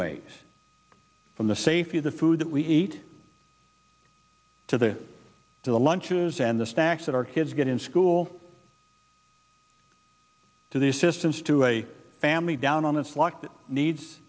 ways from the safety of the food that we eat to the to the lunches and the stacks that our kids get in school to their systems to a family down on its luck that needs